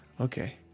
okay